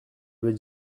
veux